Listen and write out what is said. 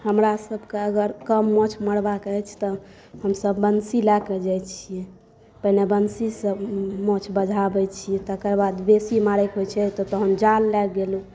हमरासभकेँ अगर कम माछ मारबाक अछि तऽ हमसभ वंशी लए कऽ जाइत छियै पहिने वंशीसँ माछ बझाबैत छियै तकर बाद बेसी मारैके होइत छै तऽ तखन जाल लए गेलहुँ